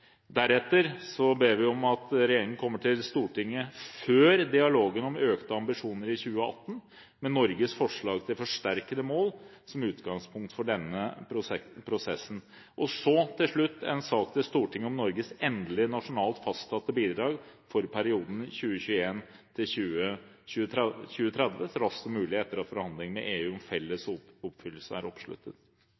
Deretter ber vi om at regjeringen kommer til Stortinget, før dialogen om økte ambisjoner i 2018, med Norges forslag til forsterkede mål som utgangspunkt for denne prosessen. Til slutt får man en sak til Stortinget om Norges endelige nasjonalt fastsatte bidrag for perioden 2021–2030 så raskt som mulig etter at forhandlingen med EU om felles